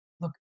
look